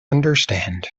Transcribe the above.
understand